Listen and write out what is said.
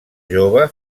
jove